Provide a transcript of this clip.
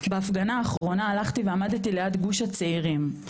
בהפגנה האחרונה הלכתי ועמדתי ליד גוש הצעירים,